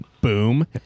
boom